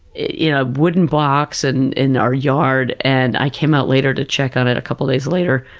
you know wooden box and in our yard, and i came out later to check on it a couple days later,